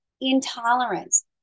intolerance